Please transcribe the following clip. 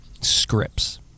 scripts